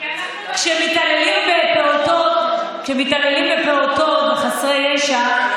כשמתעללים בפעוטות וחסרי ישע,